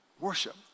Worship